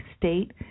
State